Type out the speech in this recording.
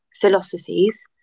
philosophies